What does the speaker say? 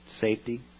safety